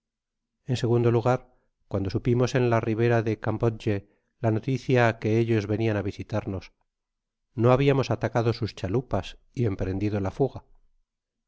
en segundo lugar cuando supimos en la ribera de karobodje la noticia que ellos venian á visitarnos na habiamos atacado sus chalupas y emprendido la fuga